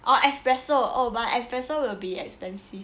oh espresso oh but espresso will be expensive